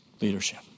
leadership